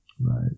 Right